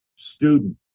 student